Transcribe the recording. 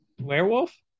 werewolf